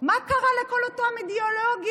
מה קרה לכל אותם אידיאולוגים?